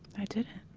i didn't